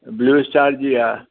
blue Star जी आहे